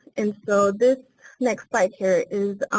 and so this next slide here is